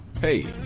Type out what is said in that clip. Hey